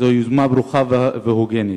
זוהי יוזמה ברוכה והוגנת,